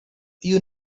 you